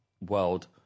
world